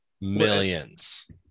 Millions